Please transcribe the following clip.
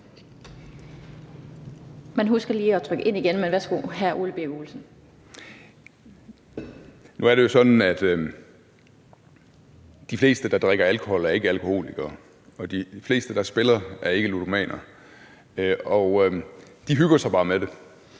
de fleste, der drikker alkohol, ikke er alkoholikere, og de fleste, der spiller, er ikke ludomaner. De hygger sig bare med det,